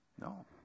no